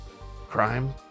crime